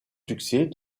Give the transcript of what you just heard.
succès